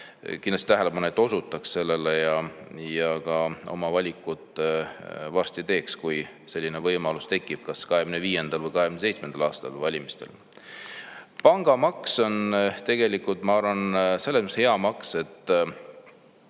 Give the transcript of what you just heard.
kindlasti tähelepanu osutaks sellele ja ka oma valikud varsti teeks, kui selline võimalus tekib, kas 2025. või 2027. aasta valimistel. Pangamaks on tegelikult, ma arvan, selles mõttes hea maks, et